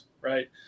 Right